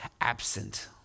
absent